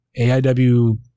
AIW